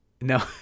no